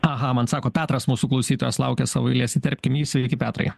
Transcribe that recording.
aha man sako petras mūsų klausytojas laukia savo eilės įterpkim jį sveiki petrai